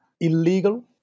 illegal